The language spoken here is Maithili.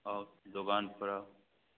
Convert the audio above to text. आउ दोकानपर आउ